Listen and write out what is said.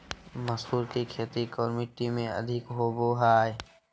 मसूर की खेती कौन मिट्टी में अधीक होबो हाय?